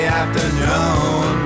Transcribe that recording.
afternoon